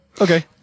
okay